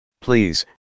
Please